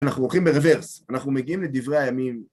אנחנו הולכים ברוורס, אנחנו מגיעים לדברי הימים.